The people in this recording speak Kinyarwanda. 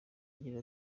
agira